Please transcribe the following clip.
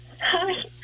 hi